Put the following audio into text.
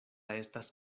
estas